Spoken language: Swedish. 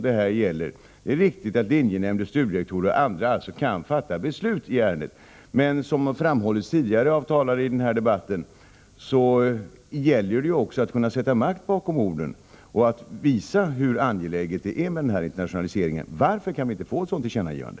Det är riktigt att linjenämnder, studierektorer och andra kan fatta beslut i ärendet, men det gäller också, som tidigare har framhållits av talare i denna debatt, att kunna sätta makt bakom orden och visa hur angelägen internationaliseringen är. Varför kan det inte göras ett sådant tillkännagivande?